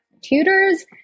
tutors